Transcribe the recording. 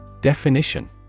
Definition